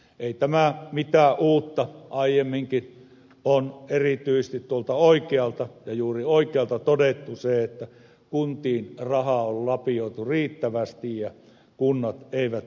ei tämä mitään uutta aiemminkin on erityisesti tuolta oikealta ja juuri oikealta todettu se että kuntiin rahaa on lapioitu riittävästi ja kunnat eivät tee mitään